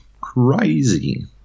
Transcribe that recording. crazy